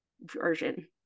version